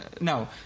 no –